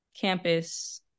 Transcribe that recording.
campus